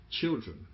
children